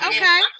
Okay